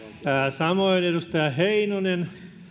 samoin edustaja heinonen